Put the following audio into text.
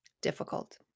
difficult